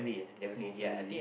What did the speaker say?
have for family